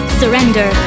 surrender